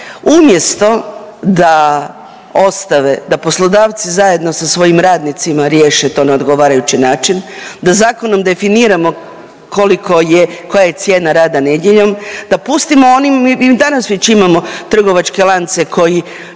umjesto da ostave, da poslodavci zajedno sa svojim radnicima riješe to na odgovarajući način, da zakonom definiramo koliko je, koja je cijena rada nedjeljom, da pustimo onim i danas već imamo trgovačke lance koji